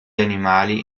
animali